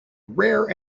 rare